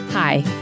Hi